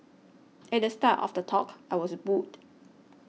at the start of the talk I was booed